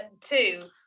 two